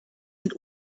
mit